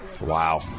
Wow